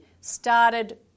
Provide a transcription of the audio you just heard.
started